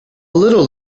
little